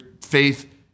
faith